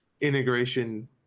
integration